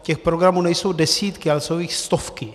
Těch programů nejsou desítky, ale jsou jich stovky.